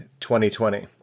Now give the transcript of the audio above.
2020